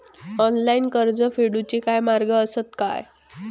Online कर्ज फेडूचे काय मार्ग आसत काय?